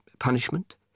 punishment